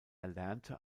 erlernte